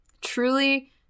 Truly